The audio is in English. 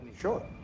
sure